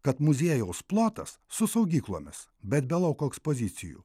kad muziejaus plotas su saugyklomis bet be lauko ekspozicijų